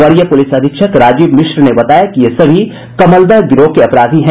वरीय पुलिस अधीक्षक राजीव मिश्र ने बताया कि ये सभी कमलदह गिरोह के अपराधी हैं